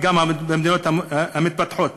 וגם במדינות המתפתחות.